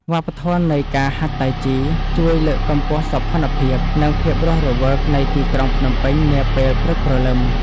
វប្បធម៌នៃការហាត់តៃជីជួយលើកកម្ពស់សោភ័ណភាព និងភាពរស់រវើកនៃទីក្រុងភ្នំពេញនាពេលព្រឹកព្រលឹម។